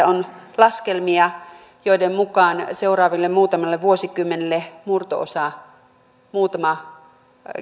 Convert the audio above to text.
on laskelmia joiden mukaan seuraaville muutamalle vuosikymmenelle murto osa muutama